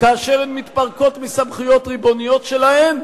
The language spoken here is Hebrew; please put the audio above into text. כאשר הן מתפרקות מסמכויות ריבוניות שלהן,